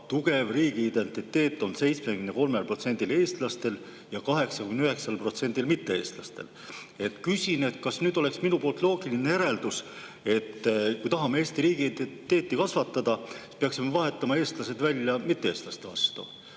tugev riigiidentiteet on 73%‑l eestlastest ja 89%‑l mitte-eestlastest. Kas nüüd oleks mul loogiline järeldada, et kui me tahame Eesti riigiidentiteeti kasvatada, peaksime vahetama eestlased välja mitte-eestlaste vastu?